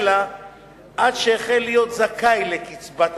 לה עד שהחל להיות זכאי לקצבת הזיקנה.